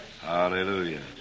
Hallelujah